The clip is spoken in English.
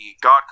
God